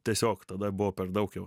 tiesiog tada buvo per daug jau